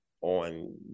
on